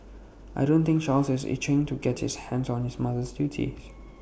I don't think Charles is itching to get his hands on his mother's duties